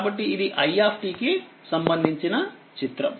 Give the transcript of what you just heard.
కాబట్టి ఇది i కి సంబంధించిన చిత్రం